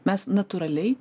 mes natūraliai